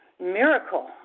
miracle